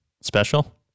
special